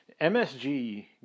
MSG